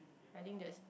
I think there is